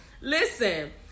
Listen